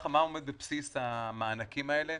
מה עומד בבסיס המענקים האלה?